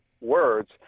words